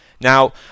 Now